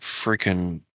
freaking